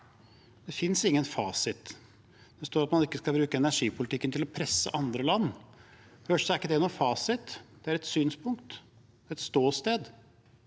Det finnes ingen fasit. Det sies at man ikke skal bruke energipolitikken til å presse andre land. For det første er ikke det noen fasit, det er et synspunkt, et ståsted.